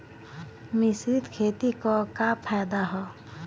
मिश्रित खेती क का फायदा ह?